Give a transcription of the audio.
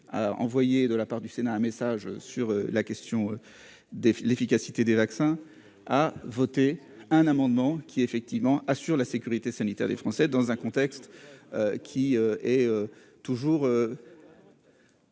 a envoyé de la part du sénat un message sur la question de l'efficacité des vaccins, a voté un amendement qui, effectivement, assure la sécurité sanitaire des Français dans un contexte qui est toujours.